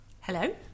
Hello